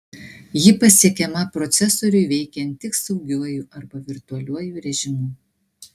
ji pasiekiama procesoriui veikiant tik saugiuoju arba virtualiuoju režimu